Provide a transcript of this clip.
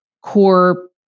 core